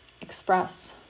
express